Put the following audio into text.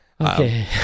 Okay